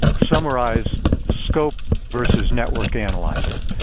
summarize scope versus network analyzer.